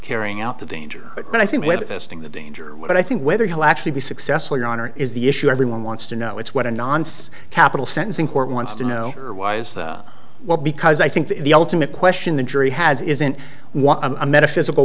carrying out the danger but i think what this thing the danger what i think whether he'll actually be successful your honor is the issue everyone wants to know it's what a nonce capital sentencing court wants to know or wise well because i think the ultimate question the jury has isn't what a metaphysical